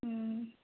ꯎꯝ